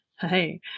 hey